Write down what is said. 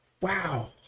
Wow